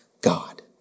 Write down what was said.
God